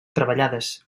treballades